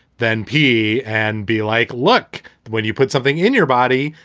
then pee and be like, look, when you put something in your body,